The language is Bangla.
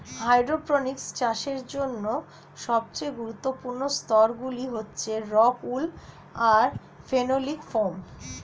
হাইড্রোপনিক্স চাষের জন্য সবচেয়ে গুরুত্বপূর্ণ স্তরগুলি হচ্ছে রক্ উল আর ফেনোলিক ফোম